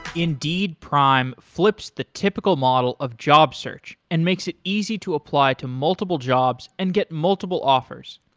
indeed prime flips the typical model of job search and makes it easy to apply to multiple jobs and get multiple offers.